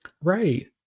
Right